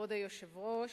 כבוד היושב-ראש,